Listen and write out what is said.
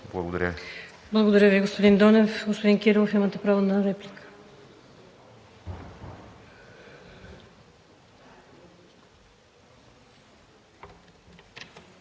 Благодаря Ви, господин Донев. Господин Кирилов, имате право на реплика.